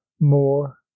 more